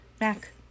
Mac